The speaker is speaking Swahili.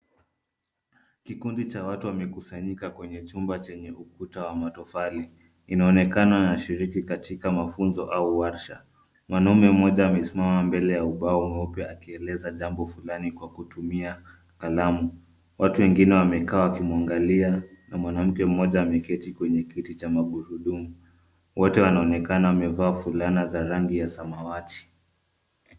Kikundi cha watu wamekusanyika kwenye chumba cha matofali. Inaonekana wanashiriki katika mafunzoau warsha. Mwanaume mmoja amesimama mbele ya ubao akieleza jambo fulani kwa kutumia kalamu. Watu wamekaa wakimwangalia. Mwanamke mmoja ameketi kwenye kiti cha magurudumu. Wote wanaonekana wamevaa fulaana za rangi ya samawati.